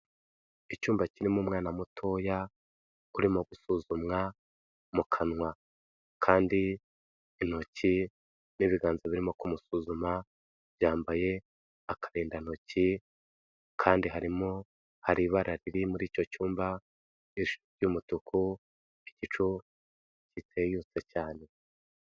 Icyumba kirimo umwana mutoya, urimo gusuzumwa mu kanwa kandi intoki n'ibiganza birimo kumusuzuma byambaye akarindantoki, kandi harimo, hari ibara riri muri icyo cyumba ry'umutuku, igicu kiteyutse cyane.